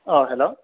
hello